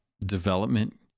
development